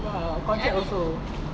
!wah! contract also